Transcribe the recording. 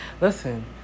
listen